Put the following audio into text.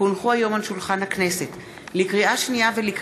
כי הונחו היום על שולחן הכנסת,